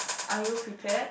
are you prepared